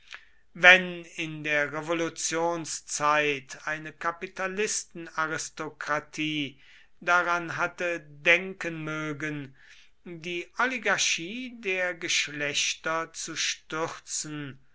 wenn in der revolutionszeit eine kapitalistenaristokratie daran hatte denken mögen die oligarchie der geschlechter zu stürzen